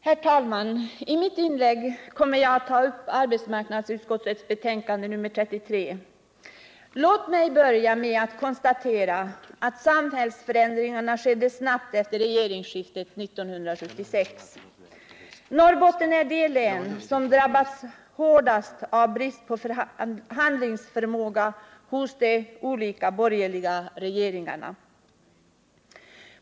Herr talman! I mitt inlägg tar jag upp arbetsmarknadsutskottets betänkande 1978/79:33. Låt mig börja med att konstatera att samhällsförändringarna skedde snabbt efter regeringsskiftet 1976. Norrbotten är det län som drabbats hårdast av brist på handlingsförmåga hos de borgerliga regeringarna.